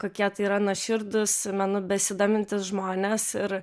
kokie tai yra nuoširdūs menu besidomintys žmonės ir